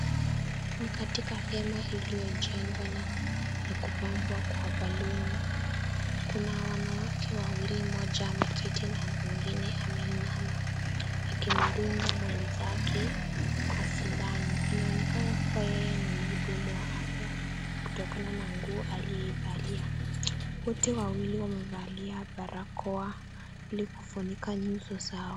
Ni katika hema iliyojengwa na kupambwa kwa balooni . Kuna wanawake wawili, mmoja ameketi na mwingine ameinama, akimdunga mwenzake kwa sindano. Inaonekana kuwa yeye ni mhudumu wa afya kutokana na nguo aliyevalia. Wote wawili wamevalia barakoa ili kufunika nyuso zao.